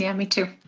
yeah me too.